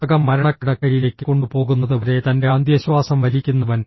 പുസ്തകം മരണക്കിടക്കയിലേക്ക് കൊണ്ടുപോകുന്നത് വരെ തന്റെ അന്ത്യശ്വാസം വലിക്കുന്നവൻ